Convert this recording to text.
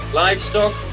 livestock